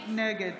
נגד